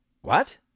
What